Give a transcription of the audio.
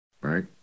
right